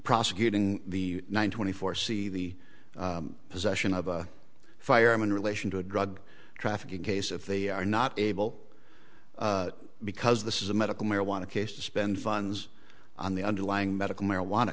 prosecuting the one twenty four c the possession of a firearm in relation to a drug trafficking case if the are not able because this is a medical marijuana case to spend funds on the underlying medical marijuana